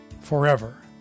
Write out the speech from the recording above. forever